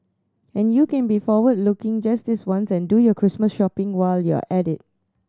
and you can be forward looking just this once and do your Christmas shopping while you're at it